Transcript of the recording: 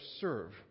serve